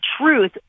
truth